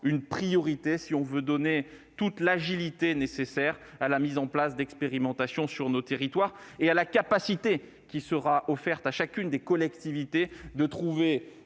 une priorité si l'on veut donner toute l'agilité nécessaire à la mise en place d'expérimentations sur nos territoires, et offrir la capacité à chacune des collectivités de trouver